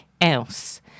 else